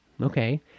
okay